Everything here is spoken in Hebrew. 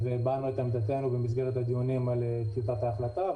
הבענו את עמדתנו במסגרת הדיונים על טיוטת ההחלטה,